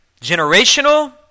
generational